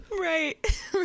right